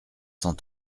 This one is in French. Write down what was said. cent